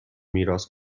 میراث